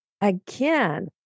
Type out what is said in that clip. again